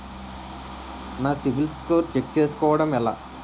నా CIBIL score చుస్కోవడం ఎలా?